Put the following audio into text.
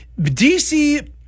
DC